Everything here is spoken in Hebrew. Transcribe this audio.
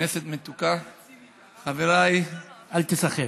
כנסת מתוקה, חבריי, אל תיסחף.